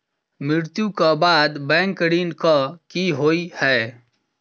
मृत्यु कऽ बाद बैंक ऋण कऽ की होइ है?